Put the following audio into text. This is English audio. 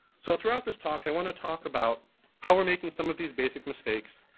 so throughout this talk, i want to talk about how we're making some of these basic mistakes,